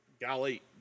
golly